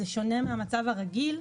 זה שונה מהמצב הרגיל,